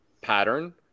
pattern